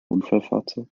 unfallfahrzeug